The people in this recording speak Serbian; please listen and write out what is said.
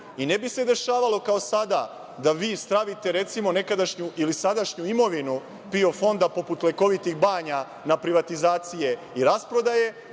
i ne bi se dešavalo kao sada, da vi stavite nekadašnju ili sadašnju imovinu PIO fonda, poput lekovitih banja, na privatizacije i rasprodaje,